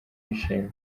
y’ishimwe